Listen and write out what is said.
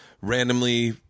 randomly